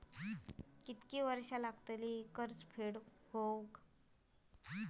किती वर्षे लागतली कर्ज फेड होऊक?